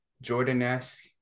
Jordan-esque